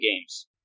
games